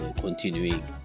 continuing